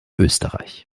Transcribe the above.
österreich